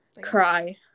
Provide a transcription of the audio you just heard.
cry